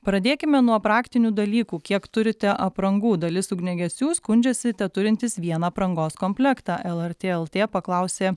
pradėkime nuo praktinių dalykų kiek turite aprangų dalis ugniagesių skundžiasi teturintys vieną aprangos komplektą lrt lt paklausė